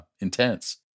intense